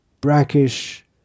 brackish